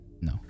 No